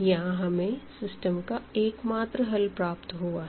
यहाँ हमें सिस्टम का एकमात्र हल प्राप्त हुआ है